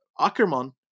Ackerman